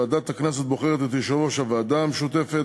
ועדת הכנסת בוחרת את יושב-ראש הוועדה המשותפת